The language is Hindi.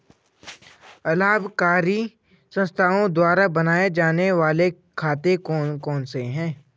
अलाभकारी संस्थाओं द्वारा बनाए जाने वाले खाते कौन कौनसे हैं?